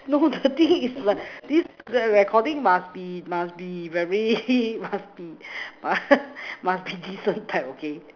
no the thing is my this recording must be must be very must be must must be decent type okay